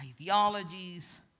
ideologies